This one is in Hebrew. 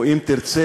או אם תרצה,